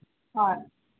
ꯍꯣꯏ